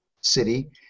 city